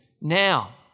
now